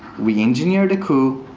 we engineered a coup.